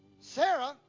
Sarah